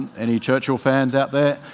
any churchill fans out there.